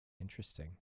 Interesting